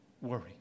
worry